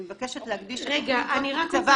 אני מבקשת להדגיש שהתוכנית לא תוקצבה